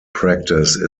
practice